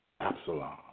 Absalom